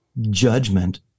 judgment